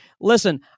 listen